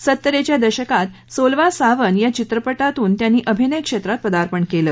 सत्तरीच्या दशकात सोलवा सावन या चित्रपटातून त्यांनी अभिनय क्षेत्रात पदार्पण केलं